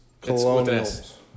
Colonials